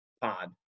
pod